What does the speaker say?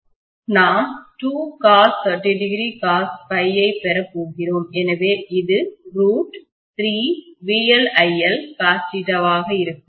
நாம் 2cos30cos ஐப் பெறப் போகிறோம் எனவே இது ரூட் 3VLI Lcos ஆக இருக்கும் ஏனெனில்